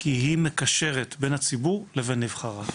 כי מקשרת בין הציבור לבין נבחריו.